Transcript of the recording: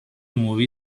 movie